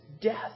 death